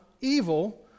evil